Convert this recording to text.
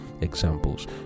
examples